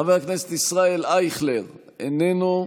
חבר הכנסת ישראל אייכלר, איננו,